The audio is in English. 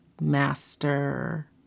master